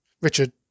richard